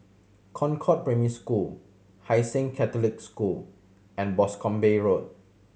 Concord Primary School Hai Sing Catholic School and Boscombe Road